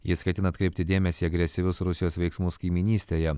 jis ketina atkreipti dėmesį į agresyvius rusijos veiksmus kaimynystėje